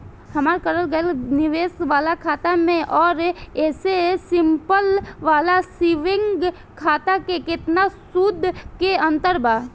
हमार करल गएल निवेश वाला खाता मे आउर ऐसे सिंपल वाला सेविंग खाता मे केतना सूद के अंतर बा?